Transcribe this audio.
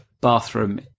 bathroom